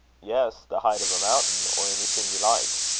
yes, the height of a mountain, or anything you like.